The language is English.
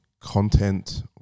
content